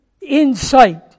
insight